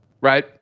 Right